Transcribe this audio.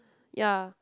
ya